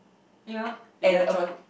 ya and there are chan~